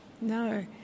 no